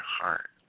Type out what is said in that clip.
heart